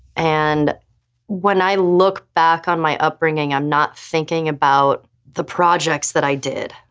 and when i look back on my upbringing i'm not thinking about the projects that i did,